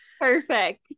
Perfect